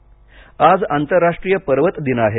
पर्वत दिवस आज आंतरराष्ट्रीय पर्वत दिन आहे